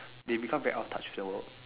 they become very out touched with the world